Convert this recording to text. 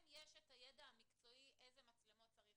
יש את הידע המקצועי איזה מצלמות צריך,